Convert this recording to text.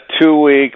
two-week